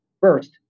First